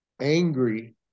angry